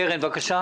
קרן ברק, בבקשה,